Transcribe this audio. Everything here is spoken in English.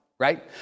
Right